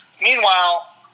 meanwhile